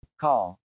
Call